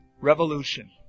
revolution